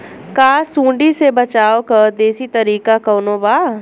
का सूंडी से बचाव क देशी तरीका कवनो बा?